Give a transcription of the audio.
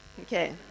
okay